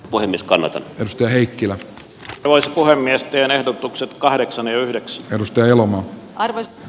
boenis kannata leikkivät pois puhemies teen ehdotuksen kahdeksan yhdeksän lusty elomaa arveli